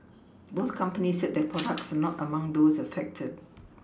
both companies said their products are not among those affected